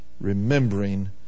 remembering